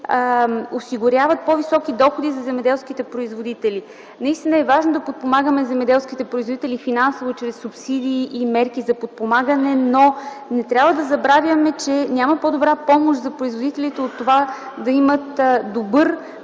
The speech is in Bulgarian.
осигуряват по-високи доходи за земеделските производители. Наистина е важно да подпомагаме земеделските производители финансово чрез субсидии и мерки за подпомагане, но не трябва да забравяме, че няма по-добра помощ за производителите от това да имат добро